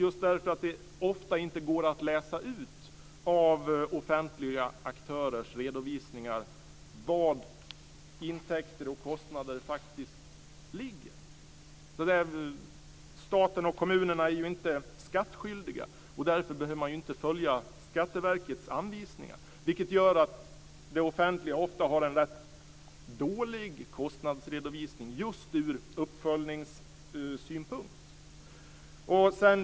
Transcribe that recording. Det går ju ofta inte att läsa ut av offentliga aktörers redovisningar var intäkter och kostnader faktiskt ligger. Staten och kommunerna är ju inte skattskyldiga. Därför behöver man inte följa Skatteverkets anvisningar, vilket gör att det offentliga ofta har en rätt dålig kostnadsredovisning ur uppföljningssynpunkt.